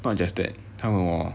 not just that 她问我